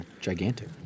Gigantic